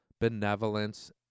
benevolence